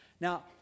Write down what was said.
Now